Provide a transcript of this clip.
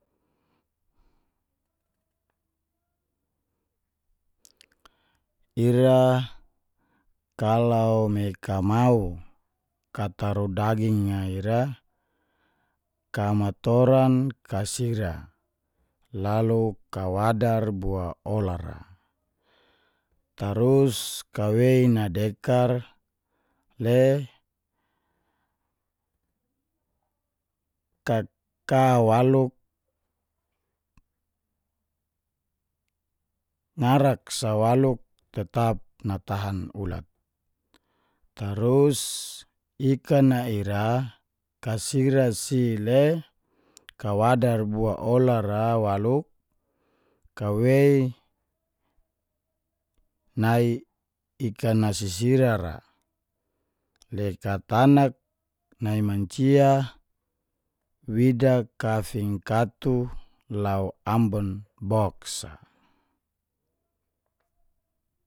Ira kalau me kamau kataru daging ra ira, kamatoran ka sira lalu kawadar bua ola ra tarus kawei nadekar le kaka waluk, ngarak sa waluk tetap natahan ulat sa. Tarus ikan na ira kasira si le kawadar boa ola ra waluk kawei nai ikan na sisira ra le katanak nai mancia, wida kafinkatu lau ambon box sa